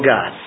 God